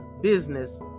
business